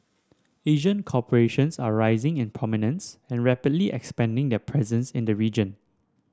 Asian corporations are rising in prominence and rapidly expanding their presence in the region